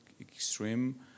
extreme